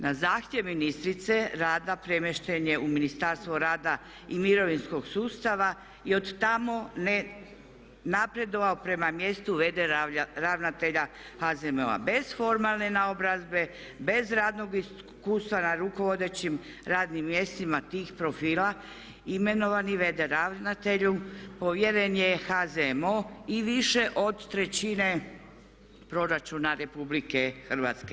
Na zahtjev ministrice rada premješten je u Ministarstvo rada i mirovinskog sustava i od tamo ne napredovao prema mjestu v. d. ravnatelja HZMO-a bez formalne naobrazbe, bez radnog iskustva na rukovodećim radnim mjestima tih profila imenovani v.d. ravnatelju povjeren je HZMO i više od trećine proračuna Republike Hrvatske.